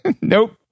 Nope